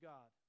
God